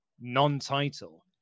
non-title